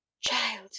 Child